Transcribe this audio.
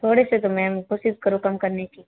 थोड़े से तो मैम कोशिश करो कम करने की